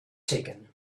taken